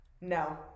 No